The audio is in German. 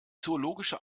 zoologische